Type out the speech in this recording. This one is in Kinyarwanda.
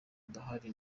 ndahari